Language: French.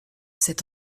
cet